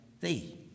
thee